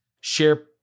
Share